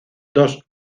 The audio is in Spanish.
dos